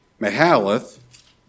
Mahalath